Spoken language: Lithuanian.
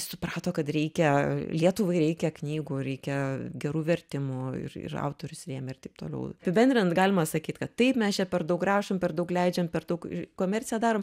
suprato kad reikia lietuvai reikia knygų reikia gerų vertimų ir ir autorius rėmė ir taip toliau apibendrinant galima sakyt kad taip mes čia per daug rašom per daug leidžiam per daug komerciją darom